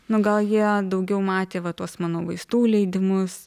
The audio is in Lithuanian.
nu gal jie daugiau matė va tuos mano vaistų leidimus